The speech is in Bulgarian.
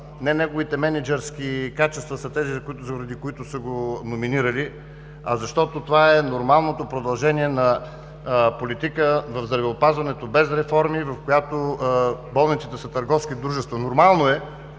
не неговите мениджърски качества са тези, заради които са го номинирали, а защото това е нормалното продължение на политика в здравеопазването без реформи, в която болниците са търговски дружества. „Нормално е,